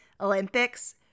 olympics